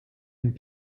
and